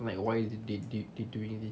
like why they they doing this